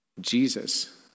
Jesus